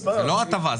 זאת לא הטבה.